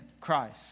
Christ